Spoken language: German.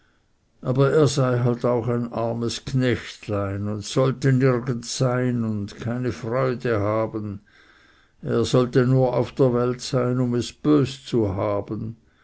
aber er sei halt auch ein armes knechtlein und sollte nirgends sein und keine freude haben er sollte nur auf der welt sein um bös zu haben